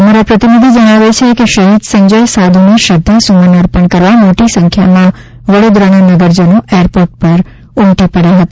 અમારા પ્રતિનિધિ જણાવે છે કે શહીદ સંજય સાધુને શ્રદ્ધા સુમન અર્પણ કરવા મોટી સંખ્યામાં વડોદરાના નગર જનો એરપોર્ટ પર ઉમટી પડયા હતા